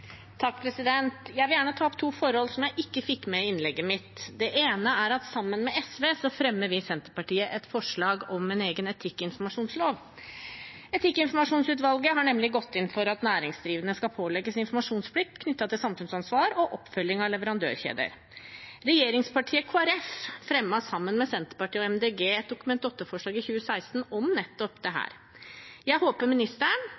Jeg vil gjerne ta opp to forhold som jeg ikke fikk med i innlegget mitt. Det ene er at sammen med SV fremmer vi i Senterpartiet et forslag om en egen etikkinformasjonslov. Etikkinformasjonsutvalget har nemlig gått inn for at næringsdrivende skal pålegges informasjonsplikt knyttet til samfunnsansvar og oppfølging av leverandørkjeder. Regjeringspartiet Kristelig Folkeparti fremmet sammen med Senterpartiet og Miljøpartiet De Grønne et Dokument 8-forslag om nettopp dette i 2016. Jeg håper ministeren,